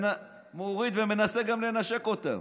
הוא מוריד ומנסה גם לנשק אותם,